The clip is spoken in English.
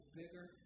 bigger